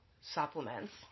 supplements